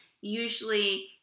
Usually